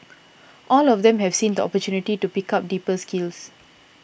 all of them have seen the opportunity to pick up deeper skills